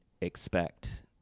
expect